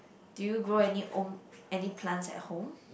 do you grow any own any plants at home